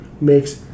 makes